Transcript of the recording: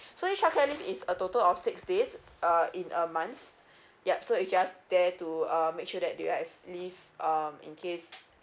so this childcare leave is a total of six days uh in a month yup so is just there to uh make sure that you guys leave um in case